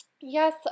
yes